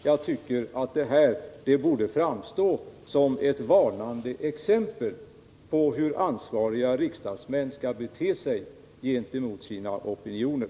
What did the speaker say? Jag tycker att det här borde framstå som ett varnande exempel på hur ansvariga riksdagsmän inte skall bete sig gentemot sina opinioner.